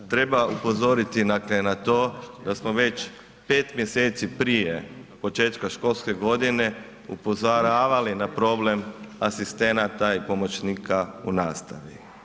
Treba upozoriti dakle na to da smo već 5 mjeseci prije početka školske godine upozoravali na problem asistenata i pomoćnika u nastavi.